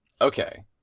okay